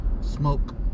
smoke